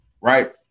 Right